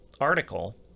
article